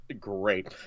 great